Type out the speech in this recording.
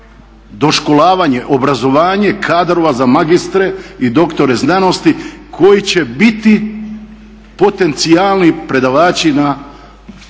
doškolovanje, obrazovanje kadrova za magistre i doktore znanosti koji će biti potencijalni predavači na